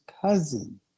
cousin